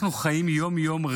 אנחנו חיים יום-יום,